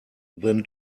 than